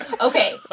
Okay